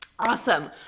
Awesome